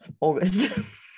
August